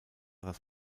das